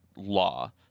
law